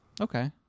Okay